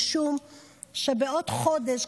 משום שבעוד חודש,